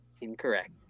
Incorrect